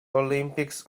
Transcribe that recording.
olympics